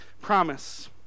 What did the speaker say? promise